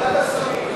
לוועדת השרים.